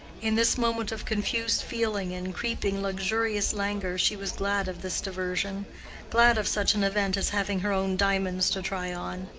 in this moment of confused feeling and creeping luxurious languor she was glad of this diversion glad of such an event as having her own diamonds to try on.